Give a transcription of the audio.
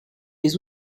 les